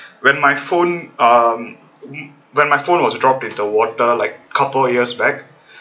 when my phone um when my phone was dropped in the water like couple years back